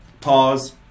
pause